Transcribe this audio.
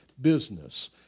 business